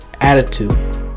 attitude